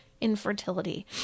infertility